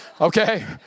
Okay